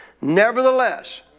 Nevertheless